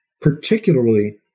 particularly